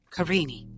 Karini